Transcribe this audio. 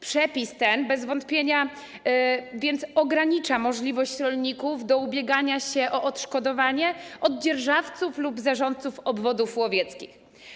Przepis ten bez wątpienia więc ogranicza możliwość rolników do ubiegania się o odszkodowanie od dzierżawców lub zarządców obwodów łowieckich.